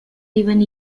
even